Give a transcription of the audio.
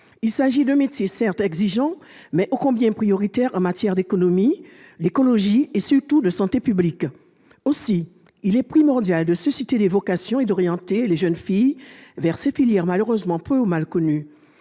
Il s'agit d'un métier certes exigeant, mais ô combien prioritaire en matière d'économie, d'écologie, et surtout de santé publique. Aussi est-il primordial de susciter des vocations et d'orienter les jeunes filles vers ces filières malheureusement peu ou mal connues,